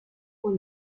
fois